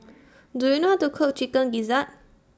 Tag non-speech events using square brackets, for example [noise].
[noise] Do YOU know How to Cook Chicken Gizzard